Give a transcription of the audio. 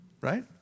right